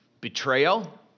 betrayal